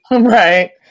Right